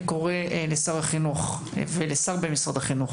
אני קורא לשר החינוך ולשר במשרד החינוך